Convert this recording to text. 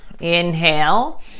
Inhale